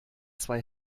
zwei